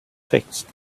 fixed